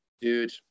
dude